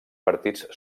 partits